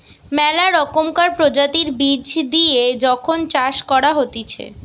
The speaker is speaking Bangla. মেলা রকমকার প্রজাতির বীজ দিয়ে যখন চাষ করা হতিছে